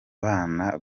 bana